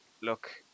look